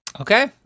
Okay